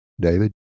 David